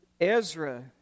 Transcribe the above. Ezra